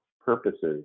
purposes